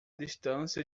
distância